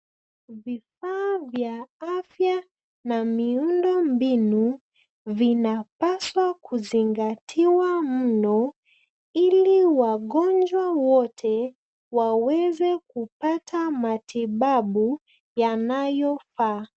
Vifaa vya afya na miundombinu vinapaswa kuzingatiwa mno ili wagonjwa wote waweze kupata matibabu yanayofaa.